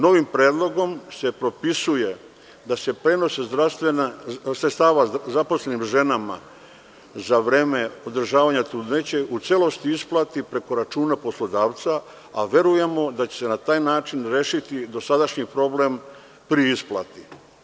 Novim predlogom se propisuje da se prenos sredstava zaposlenim ženama za vreme održavanja trudnoće u celosti isplati preko računa poslodavca, a verujemo da će se na taj način rešiti dosadašnji problem pri isplati.